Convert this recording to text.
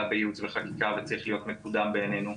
בייעוץ וחקיקה וצריך להיות מקודם בעינינו.